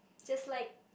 just like